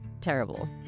terrible